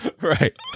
Right